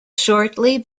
shortly